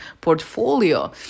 portfolio